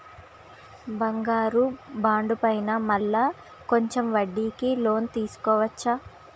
బంగారు బాండు పైన మళ్ళా కొంచెం వడ్డీకి లోన్ తీసుకోవచ్చా?